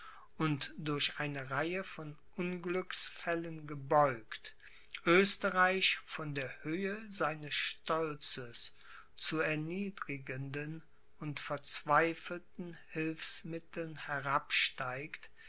und durch eine reihe von unglücksfällen gebeugt oesterreich von der höhe seines stolzes zu erniedrigenden und verzweifelten hilfsmitteln